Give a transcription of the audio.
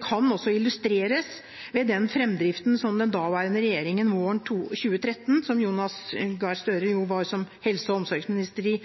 kan også illustreres ved den framdriften den daværende regjeringen hadde våren 2013 – som Jonas Gahr Støre jo var helse- og omsorgsminister i.